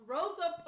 Rosa